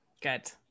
Good